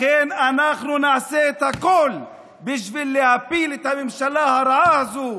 לכן אנחנו נעשה את הכול בשביל להפיל את הממשלה הרעה הזו,